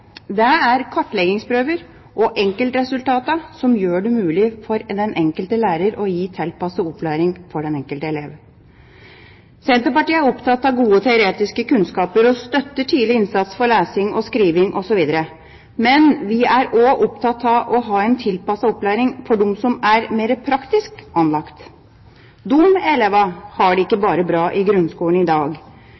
det mulig for den enkelte lærer å gi tilpasset opplæring for den enkelte elev. Senterpartiet er opptatt av gode teoretiske kunnskaper og støtter tidlig innsats for lesing, skriving osv., men vi er også opptatt av å ha en tilpasset opplæring for dem som er mer praktisk anlagt. Disse elevene har det ikke